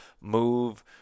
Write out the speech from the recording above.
move